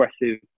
aggressive